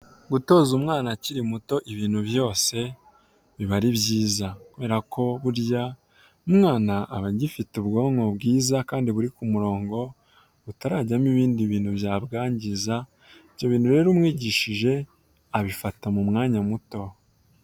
Gutoza umwana akiri muto ibintu byose biba ari byiza kubera ko burya umwana aba agifite ubwonko bwiza kandi buri ku murongo butarajyamo ibindi bintu byabwangiza, ibyo bintu rero umwigishije abifata mu mwanya muto.